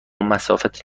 مسافت